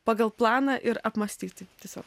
pagal planą ir apmąstyti tiesiog